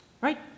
right